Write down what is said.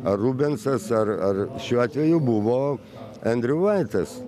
ar rubensas ar ar šiuo atveju buvo endriulaitis